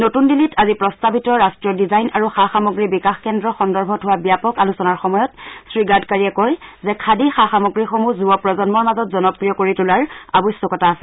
নতুন দিল্লীত আজি প্ৰস্তাৱিত ৰাষ্ট্ৰীয় ডিজাইন আৰু সা সামগ্ৰী বিকাশ কেন্দ্ৰ সন্দৰ্ভত হোৱা ব্যাপক আলোচনাৰ সময়ত শ্ৰীগাডকাৰীয়ে কয় যে খাদী সা সামগ্ৰীসমূহ যুৱ প্ৰজন্মৰ মাজত জনপ্ৰিয় কৰি তোলাৰ আৱশ্যকতা আছে